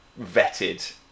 vetted